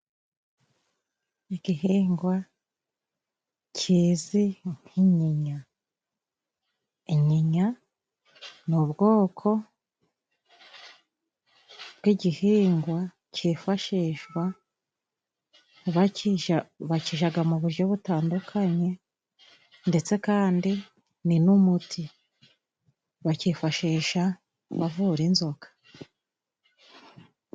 Igihingwa kizwi nk'inyinya, inyinya ni ubwoko bw'igihingwa cyifashishwa bakirya mu buryo butandukanye, ndetse kandi ni n'umuti bakifashisha bavura inzoka.